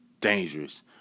dangerous